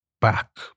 back